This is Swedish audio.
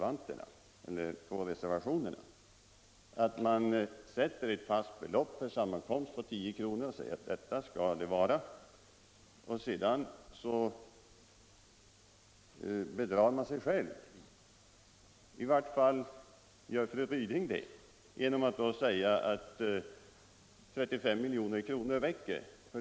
Där slår fru Ryding fast att beloppet per sammankomst skall vara 10 kr. men fru Ryding bedrar i varje fall sig själv när hon säger att det då räcker med 35 milj.kr.